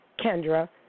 Kendra